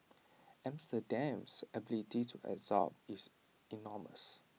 Amsterdam's ability to absorb is enormous